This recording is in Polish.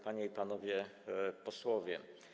Panie i Panowie Posłowie!